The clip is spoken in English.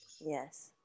yes